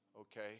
Okay